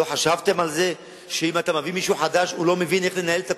לא חשבתם על זה שאתה מביא מישהו חדש והוא לא מבין איך לנהל את הפירוק?